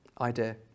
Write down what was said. idea